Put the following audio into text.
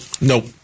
Nope